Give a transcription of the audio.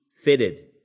fitted